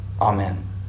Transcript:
Amen